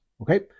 okay